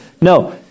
No